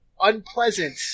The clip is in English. unpleasant